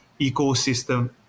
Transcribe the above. ecosystem